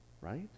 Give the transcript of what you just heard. right